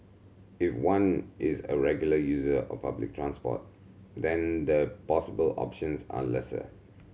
if one is a regular user of public transport then the possible options are lesser